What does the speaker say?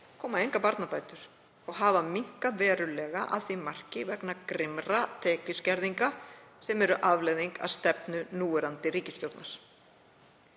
koma engar barnabætur og hafa minnkað verulega að því marki vegna grimmra tekjuskerðinga sem eru afleiðing af stefnu núverandi ríkisstjórnar.